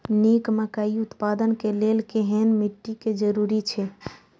निक मकई उत्पादन के लेल केहेन मिट्टी के जरूरी छे?